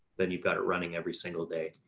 then you've got it running every single day,